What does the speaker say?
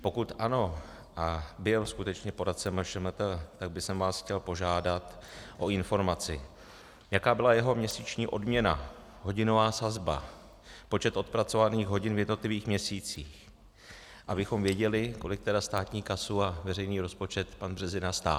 Pokud ano a byl skutečně poradce MŠMT, tak bych vás chtěl požádat o informaci, jaká byla jeho měsíční odměna, hodinová sazba, počet odpracovaných hodin v jednotlivých měsících, abychom věděli, kolik státní kasu a veřejný rozpočet pan Březina stál.